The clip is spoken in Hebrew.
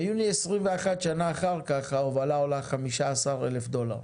ביוני 2021, שנה אחר כך, ההובלה עולה 15,000 דולר.